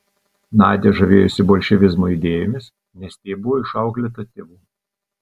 nadia žavėjosi bolševizmo idėjomis nes taip buvo išauklėta tėvų